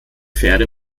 pferde